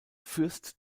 fürst